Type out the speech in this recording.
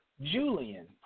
Julian